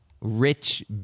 rich